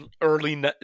early